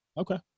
okay